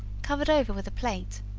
covered over with a plate,